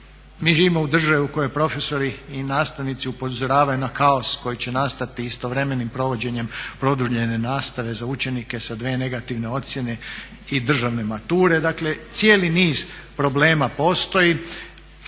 Mi živimo u državi u kojoj profesori i nastavnici upozoravaju na kaos koji će nastati istovremenim provođenjem produljene nastave za učenike sa dvije negativne ocjene i državne mature. Dakle, cijeli niz problema postoji